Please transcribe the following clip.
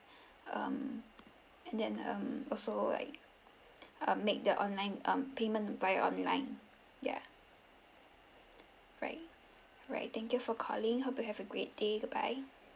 um and then um also like uh make the online um payment via online ya right right thank you for calling hope you have a great day goodbye